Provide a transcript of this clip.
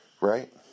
Right